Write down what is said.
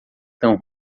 tão